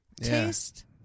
taste